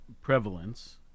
prevalence